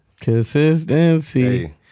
Consistency